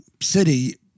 city